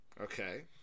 Okay